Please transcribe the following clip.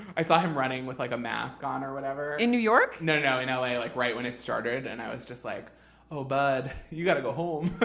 i saw him running with like a mask on or whatever. in new york? no, no, in ah la, like right when it started. and i was just, like oh, bud, you got to go home.